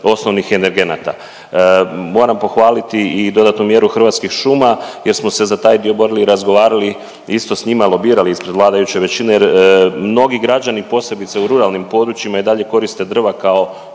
osnovnih energenata. Moram pohvaliti i dodatnu mjeru Hrvatskih šuma jer smo se za taj dio borili i razgovarali isto s njima, lobirali ispred vladajuće većine jer mnogi građani, posebice u ruralnim područjima i dalje korite drva kao